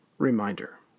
Reminder